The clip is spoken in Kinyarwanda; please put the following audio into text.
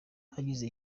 hagize